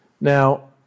Now